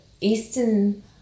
Eastern